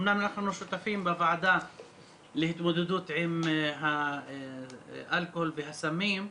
אמנם אנחנו שותפים בוועדה להתמודדות עם אלכוהול וסמים,